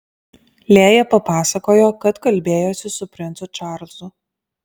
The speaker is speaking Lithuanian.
lėja papasakojo kad kalbėjosi su princu čarlzu